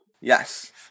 Yes